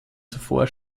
zuvor